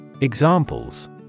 Examples